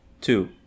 two